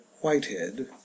Whitehead